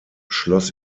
schloss